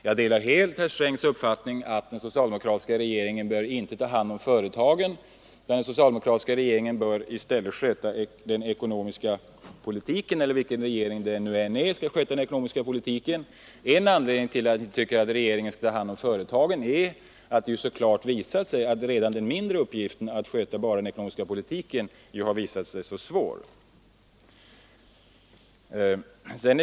Jag delar helt herr Strängs uppfattning att den socialdemokratiska regeringen inte bör ta hand om företagen, utan en regering — vilken den än är — bör i stället sköta den ekonomiska politiken. Och en anledning till att vi tycker att regeringen inte skall ha hand om företagen är den, att det så klart har visat sig att redan den mindre uppgiften att bara sköta den ekonomiska politiken har varit så svår.